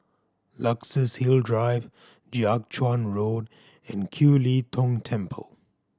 Luxus Hill Drive Jiak Chuan Road and Kiew Lee Tong Temple